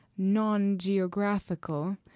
...non-geographical